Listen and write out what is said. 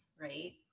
right